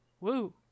Woo